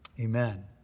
Amen